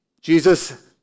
Jesus